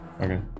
Okay